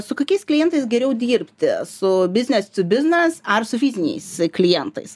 su kokiais klientais geriau dirbti su biznes tiu biznes ar su fiziniais klientais